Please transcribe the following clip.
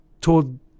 told